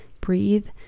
Breathe